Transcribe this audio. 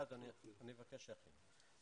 אני אבקש שיכינו.